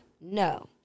no